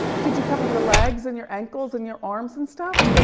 did you cover your legs and your ankles and your arms and stuff? yeah